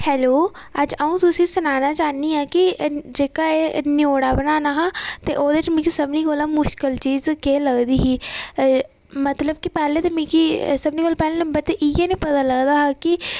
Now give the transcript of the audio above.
hello अज्ज अ'ऊं तुसेंगी सनाना चाह्न्नी आं कि जेह्का एह् न्योड़ा बनाना हा ते ओह्दे च मिगी सभनीं थमां मुश्किल चीज़ केह् लग्गी ही मतलब कि पैह्लें ते मिगी सभनीं कोला पैह्लें ते मिगी इ'यै निं पता लगदा हा कि